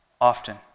often